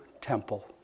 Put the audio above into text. temple